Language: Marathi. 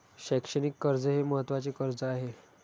शैक्षणिक कर्ज हे महत्त्वाचे कर्ज आहे